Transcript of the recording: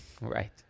right